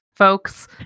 Folks